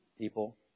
people